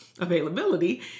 availability